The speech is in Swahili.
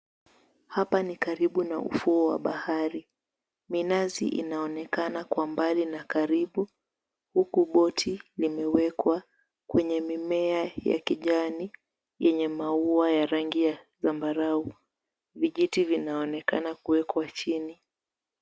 Hapa ni karibu na ufuo wa bahari, minazi inaonekana kwa mbali na karibu huku boti limewekwa kwenye mimea ya kijani yenye maua ya rangi ya zambarao vijiti vinaonekana kuwekwa chini.